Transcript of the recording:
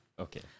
Okay